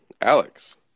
Alex